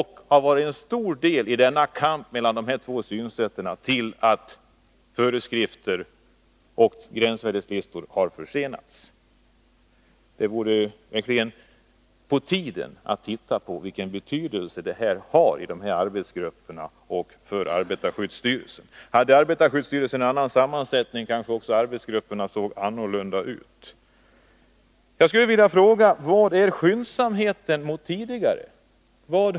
Kampen mellan dessa två synsätt är en viktig anledning till att föreskrifter och gränsvärdeslistor har försenats. Det är verkligen på tiden att man studerar vilken betydelse detta har för arbetarskyddsstyrelsen och arbetsgrupperna. Om arbetarskyddsstyrelsen hade en annan sammansättning, kanske också arbetsgrupperna skulle se annorlunda ut. Jag skulle vilja fråga: Vari ligger skyndsamheten i jämförelse med tidigare förhållanden?